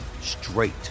straight